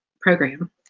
program